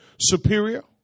superior